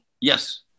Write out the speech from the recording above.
yes